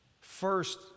first